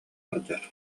сылдьар